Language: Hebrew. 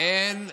לוח זמנים.